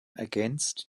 ergänzt